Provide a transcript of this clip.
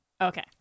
Okay